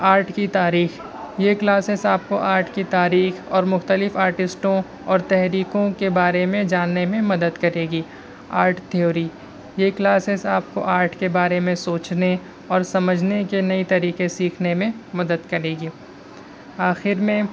art کی تعریف یہ کلاسیز آپ کو آرٹ کی تاریخ اور مختلف آرٹسٹوں اور تحریکوں کے بارے میں جاننے میں مدد کرے گی آرٹ تھیوری یہ کلاسیز آپ کو آرٹ کے بارے میں سوچنے اور سمجھنے کے نئے طریقے سیکھنے میں مدد کرے گی آخر میں